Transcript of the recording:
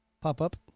pop-up